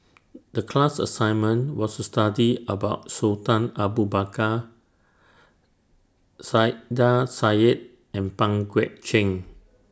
The class assignment was to study about Sultan Abu Bakar Saiedah Said and Pang Guek Cheng